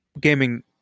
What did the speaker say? Gaming